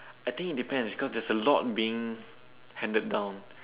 I think it depends cause there's a lot being handed down